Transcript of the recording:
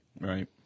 Right